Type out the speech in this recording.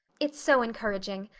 it's so encouraging.